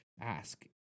ask